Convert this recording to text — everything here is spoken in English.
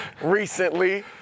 recently